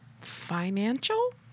financial